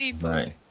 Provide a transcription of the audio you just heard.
Right